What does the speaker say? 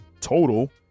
total